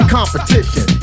Competition